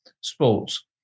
sports